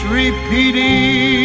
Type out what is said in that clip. repeating